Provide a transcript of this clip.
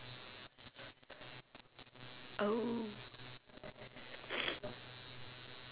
oh